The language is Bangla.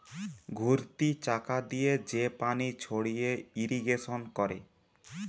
ঘুরতি চাকা দিয়ে যে পানি ছড়িয়ে ইরিগেশন করে